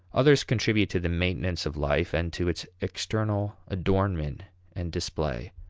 others contribute to the maintenance of life, and to its external adornment and display.